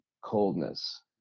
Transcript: coldness